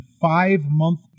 five-month